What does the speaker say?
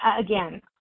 again